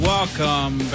Welcome